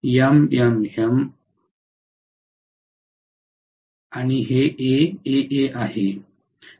तर हे M MM आहे हे A AA आहे